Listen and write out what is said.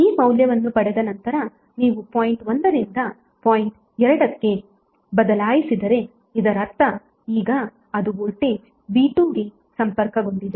ಈ ಮೌಲ್ಯವನ್ನು ಪಡೆದ ನಂತರ ನೀವು ಪಾಯಿಂಟ್ 1 ರಿಂದ ಪಾಯಿಂಟ್ 2 ಗೆ ಬದಲಾಯಿಸಿದರೆ ಇದರರ್ಥ ಈಗ ಅದು ವೋಲ್ಟೇಜ್ V2 ಗೆ ಸಂಪರ್ಕಗೊಂಡಿದೆ